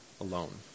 alone